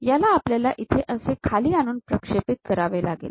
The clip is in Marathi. याला आपल्याला इथे असे खाली आणून प्रक्षेपित करावे लागेल